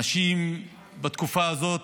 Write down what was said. אנשים בתקופה הזאת,